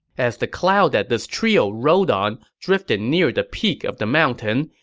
as the cloud that this trio rode on drifted near the peak of the mountain,